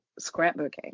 scrapbooking